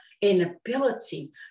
inability